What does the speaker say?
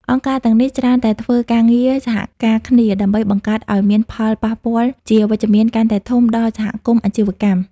អង្គការទាំងនេះច្រើនតែធ្វើការងារសហការគ្នា ដើម្បីបង្កើតឱ្យមានផលប៉ះពាល់ជាវិជ្ជមានកាន់តែធំដល់សហគមន៍អាជីវកម្ម។